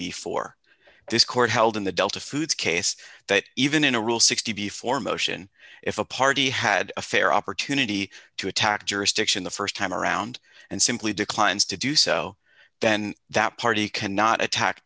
before this court held in the delta foods case that even in a rule sixty four motion if a party had a fair opportunity to attack jurisdiction the st time around and simply declines to do so then that party cannot attack